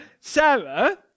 Sarah